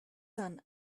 son